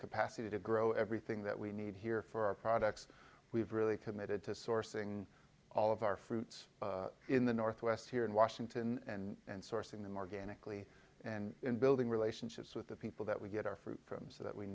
capacity to grow everything that we need here for our products we've really committed to sourcing all of our fruits in the northwest here in washington and sourcing them organically and in building relationships with the people that we get our fruit from so that we